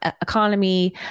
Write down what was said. economy